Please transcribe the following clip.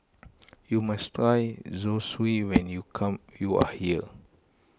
you must try Zosui when you come you are here